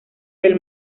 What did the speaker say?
del